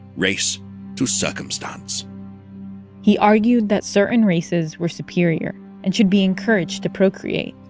race to circumstance he argued that certain races were superior and should be encouraged to procreate.